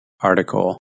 article